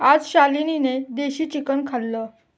आज शालिनीने देशी चिकन खाल्लं